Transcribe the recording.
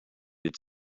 its